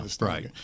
Right